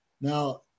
Now